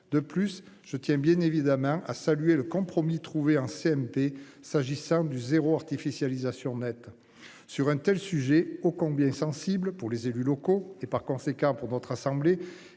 De plus je tiens bien évidemment a salué le compromis trouvé en CMP s'agissant du zéro artificialisation nette sur un tel sujet ô combien sensible pour les élus locaux et par conséquent pour notre assemblée,